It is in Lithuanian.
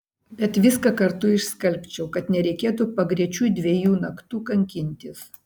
bet viską kartu išskalbčiau kad nereikėtų pagrečiui dviejų naktų kankintis